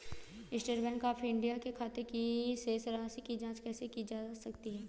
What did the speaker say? State Bank of India के खाते की शेष राशि की जॉंच कैसे की जा सकती है?